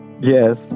Yes